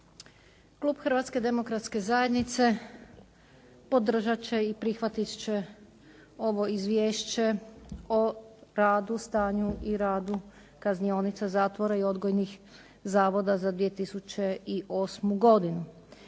Klub Hrvatske demokratske zajednice podržat će i prihvatit će ovo izvješće o radu, stanju i radu kaznionica, zatvora i odgojnih zavoda za 2008. godinu.